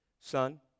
Son